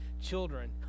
children